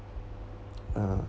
uh